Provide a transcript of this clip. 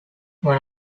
when